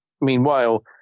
Meanwhile